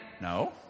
No